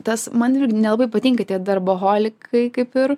tas man irgi nelabai patinka tie darboholikai kaip ir